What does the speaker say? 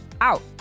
out